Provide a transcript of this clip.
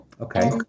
Okay